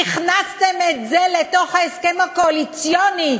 הכנסתם את זה לתוך ההסכם הקואליציוני,